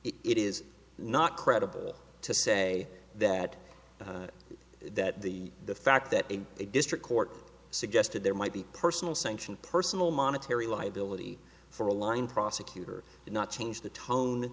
it is not credible to say that that the the fact that in a district court suggested there might be personal sanction personal monetary liability for a line prosecutor did not change the tone